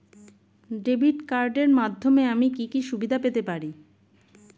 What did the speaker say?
Debit কার্ডের মাধ্যমে আমি কি কি সুবিধা পেতে পারি?